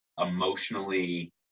emotionally